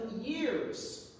years